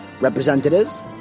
representatives